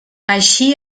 així